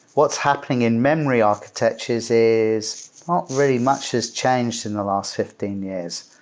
what's happening in memory architectures is not really much has changed in the last fifteen years,